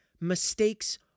mistakes